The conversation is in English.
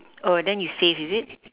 oh then you save is it